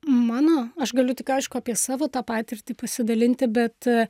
mano aš galiu tik aišku apie savo tą patirtį pasidalinti bet